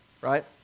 Right